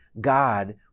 God